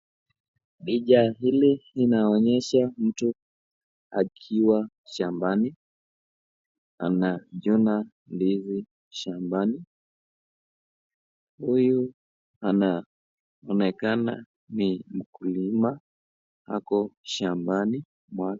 Picha hili linaonyesha mtu akiwa shambani, anachuna ndizi shambani, huyu anaonekana ni mkulima ako shambani mwake.